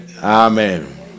Amen